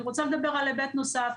אני רוצה לדבר על היבט נוסף.